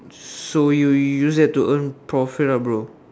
so you you you use that to earn profit ah bro